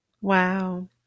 Wow